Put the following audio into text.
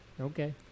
Okay